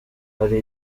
hari